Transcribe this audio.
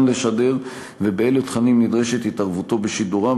לשדר ואילו תכנים נדרשת התערבותו בשידורם,